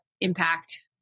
impact